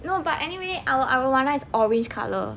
no but anyway our arowana is orange colour